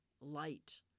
light